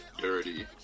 dirty